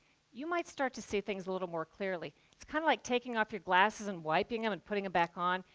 you might start to see things a little more clearly it's kind of like taking off your glasses, and wiping them, and putting them back on,